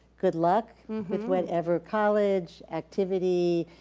good luck with whatever college, activity,